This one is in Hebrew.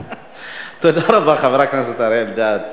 תודה רבה, חבר הכנסת אריה אלדד.